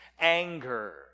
anger